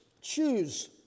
choose